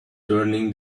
turning